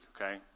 okay